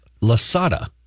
Lasada